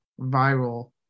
viral